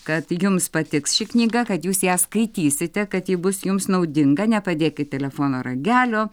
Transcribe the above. kad jums patiks ši knyga kad jūs ją skaitysite kad ji bus jums naudinga nepadėkit telefono ragelio